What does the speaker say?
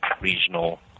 regional